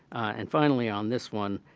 and finally on this one,